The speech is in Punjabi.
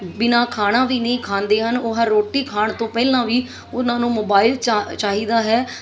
ਬਿਨਾਂ ਖਾਣਾ ਵੀ ਨਹੀਂ ਖਾਂਦੇ ਹਨ ਉਹ ਹਰ ਰੋਟੀ ਖਾਣ ਤੋਂ ਪਹਿਲਾਂ ਵੀ ਉਹਨਾਂ ਨੂੰ ਮੋਬਾਈਲ ਚਾ ਚਾਹੀਦਾ ਹੈ